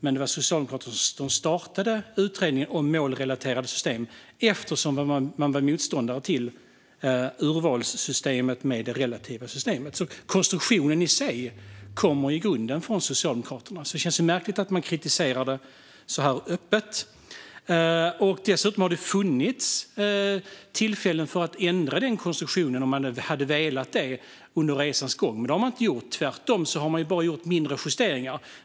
Men det var Socialdemokraterna som startade utredningen om målrelaterade system eftersom man var motståndare till urvalssystemet med det relativa systemet. Konstruktionen i sig kommer i grunden från Socialdemokraterna. Det känns märkligt att man då kritiserar det så öppet. Dessutom har det funnits tillfällen att ändra konstruktionen om man nu hade velat det under resans gång. Men det har man inte gjort. Man har tvärtom bara gjort mindre justeringar.